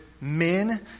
men